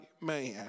man